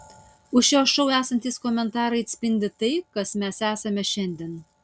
už šio šou esantys komentarai atspindi tai kas mes esame šiandien